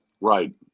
Right